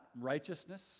righteousness